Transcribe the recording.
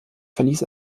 verließ